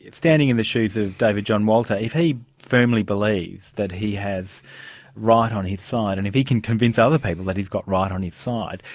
standing in the shoes of david john walter, if he firmly believes that he has right on his side, and if he can convince other people that he's got right on his side,